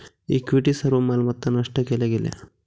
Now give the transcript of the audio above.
equity सर्व मालमत्ता नष्ट केल्या गेल्या